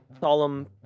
solemn